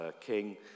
king